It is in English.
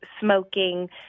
smoking